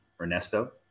Ernesto